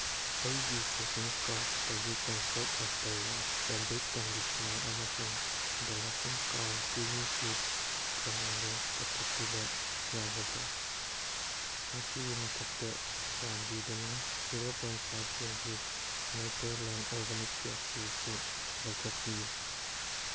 ꯑꯩꯒꯤ ꯁꯣꯄꯤꯡ ꯀꯥꯔꯠꯇꯒꯤ comfort after wash fabric conditioner ꯑꯃꯁꯨꯡ ꯗ ꯂꯐꯤꯡ ꯀꯥꯎ ꯀ꯭ꯔꯤꯃꯤ ꯆꯤꯁ ꯇ꯭ꯔꯥꯏꯡꯒꯜ ꯀꯛꯊꯠꯄꯤꯕ ꯌꯥꯒꯗ꯭ꯔ ꯃꯁꯤꯒꯤ ꯃꯊꯛꯇ ꯆꯥꯟꯕꯤꯗꯨꯅ zero point five K Gs ꯅꯦꯆꯔꯂꯦꯟ ꯑꯣꯔꯒꯅꯤꯛ ꯀꯦꯆ꯭ꯌꯨꯁꯨ ꯂꯧꯊꯣꯛꯄꯤꯌꯨ